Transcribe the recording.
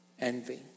envy